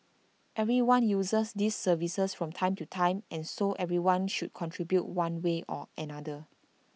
everyone uses these services from time to time and so everyone should contribute one way or another